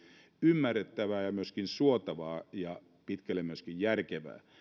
ymmärrettävää ja myöskin suotavaa ja pitkälle myöskin järkevää